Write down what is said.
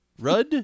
Rud